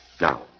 Now